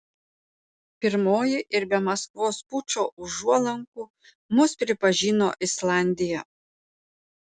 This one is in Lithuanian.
pirmoji ir be maskvos pučo užuolankų mus pripažino islandija